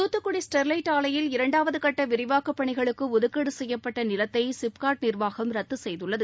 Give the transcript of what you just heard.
Thoothukudi Sterlite ஆலையில் இரண்டாவது கட்ட விரிவாக்கப் பணிகளுக்கு ஒதுக்கீடு செய்யப்பட்ட நிலத்தை சிப்காட் நிர்வாகம் ரத்து செய்துள்ளது